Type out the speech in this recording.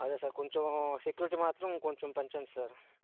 అదే సార్ కొంచెం సెక్యూరిటీ మాత్రం కొంచెం పెంచండి సార్